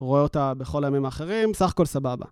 רואה אותה בכל הימים אחרים. סך כל סבבה.